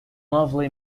lovely